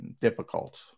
difficult